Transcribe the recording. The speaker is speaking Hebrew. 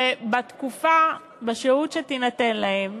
שבתקופה, בשהות שתינתן להם